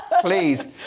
please